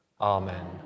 Amen